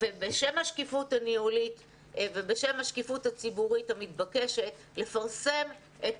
בשם השקיפות הניהולית ובשם השקיפות הציבורית המתבקשת לפרסם את